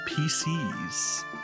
PCs